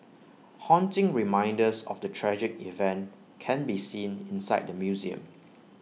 haunting reminders of the tragic event can be seen inside the museum